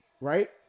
Right